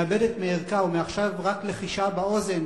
מאבדת מערכה ומעכשיו רק לחישה באוזן,